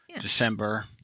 December